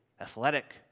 athletic